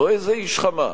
לא איזה איש "חמאס".